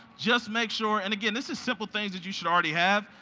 just make sure and again, this is simple things that you should already have,